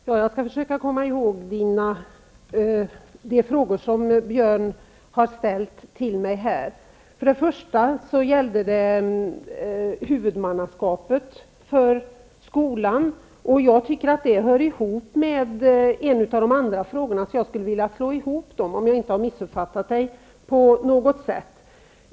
Herr talman! Jag skall försöka att komma ihåg alla de frågor som Björn Samuelson ställde till mig. Först frågan om huvudmannaskapet för skolan. Jag tycker att frågan hör ihop med en av de andra frågorna, så jag skulle vilja slå ihop dem.